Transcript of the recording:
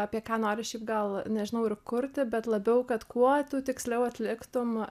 apie ką nori šiaip gal nežinau ir kurti bet labiau kad kuo tu tiksliau atliktum